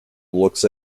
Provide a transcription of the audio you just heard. looks